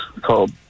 called